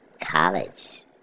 college